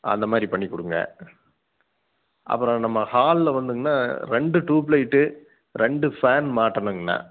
அந்த மாதிரி பண்ணி கொடுங்க அப்புறம் நம்ம ஹாலில் வந்துங்கண்ணா ரெண்டு ட்யூப் லைட்டு ரெண்டு ஃபேன் மாட்டணுங்கண்ணா